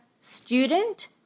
student